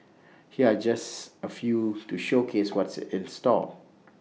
here are just A few to showcase what's in store